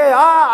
אה,